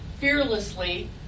fearlessly